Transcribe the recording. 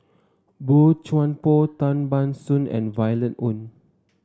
Boey Chuan Poh Tan Ban Soon and Violet Oon